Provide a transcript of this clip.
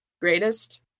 greatest